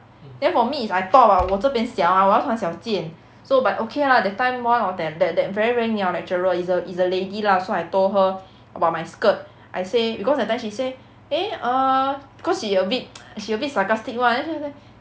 then for me is I thought what 我这边小 mah 我要穿小件 so but okay lah that time one of that that that very very niao lecturer is a lady lah so I told her about my skirt I say because that time she say eh err because she a bit she a bit sarcastic [one] then 在那边